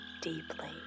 deeply